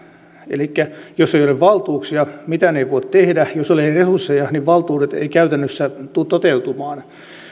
elikkä jos ei ole valtuuksia mitään ei voi tehdä ja jos ei ole resursseja niin valtuudet eivät käytännössä tule toteutumaan